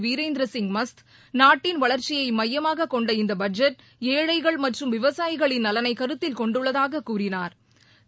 வீரேந்திரசிங் மஸ்த் நாட்டின் வளர்ச்சியைமையமாககொண்ட இந்தபட்ஜெட் ஏழைகள் மற்றும் விவசாயிகளின் நலனைகருத்தில் கொண்டுள்ளதாககூறினாா்